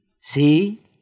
See